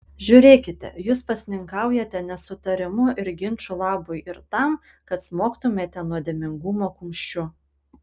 žiūrėkite jūs pasninkaujate nesutarimų ir ginčų labui ir tam kad smogtumėte nuodėmingumo kumščiu